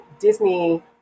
Disney